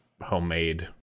homemade